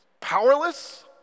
powerless